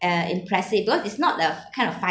uh impressive because it's not a kind of